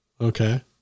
Okay